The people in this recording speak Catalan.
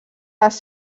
les